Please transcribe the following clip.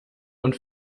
und